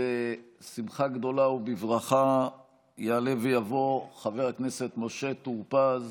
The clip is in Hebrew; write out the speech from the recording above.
בשמחה גדולה ובברכה יעלה ויבוא חבר הכנסת משה טור פז